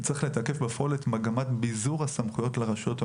יש לתקף את מגמת ביזור הסמכויות לרשויות המקומיות.